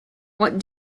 what